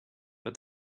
but